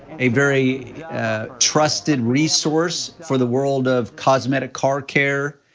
a very trusted resource for the world of cosmetic car care,